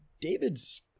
David's –